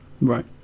Right